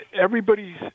everybody's